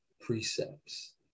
precepts